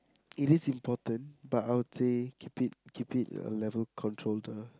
it is important but I'll say keep it keep it a level controlled ah